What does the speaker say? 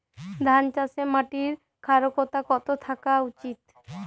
ধান চাষে মাটির ক্ষারকতা কত থাকা উচিৎ?